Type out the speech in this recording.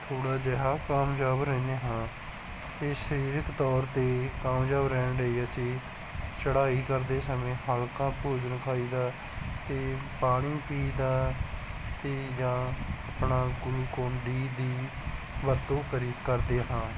ਥੋੜ੍ਹਾ ਜਿਹਾ ਕਾਮਯਾਬ ਰਹਿੰਦੇ ਹਾਂ ਅਤੇ ਸਰੀਰਿਕ ਤੌਰ 'ਤੇ ਕਾਮਯਾਬ ਰਹਿਣ ਲਈ ਅਸੀਂ ਚੜ੍ਹਾਈ ਕਰਦੇ ਸਮੇਂ ਹਲਕਾ ਭੋਜਨ ਖਾਈਦਾ ਅਤੇ ਪਾਣੀ ਪੀਈਦਾ ਅਤੇ ਜਾਂ ਆਪਣਾ ਗੁਲੋਕੋਂਡੀ ਦੀ ਵਰਤੋਂ ਕਰੀ ਕਰਦੇ ਹਾਂ